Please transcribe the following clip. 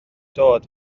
dod